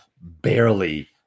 barely